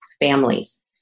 families